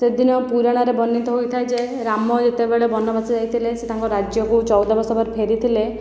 ସେଦିନ ପୁରାଣରେ ବର୍ଣ୍ଣିତ ହୋଇଥାଏ ଯେ ରାମ ଯେତେବେଳେ ବନବାସ ଯାଇଥିଲେ ସେ ତାଙ୍କ ରାଜ୍ୟକୁ ଚଉଦ ବର୍ଷ ପରେ ଫେରିଥିଲେ